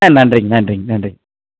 நன்றிங்க நன்றிங்க நன்றிங்க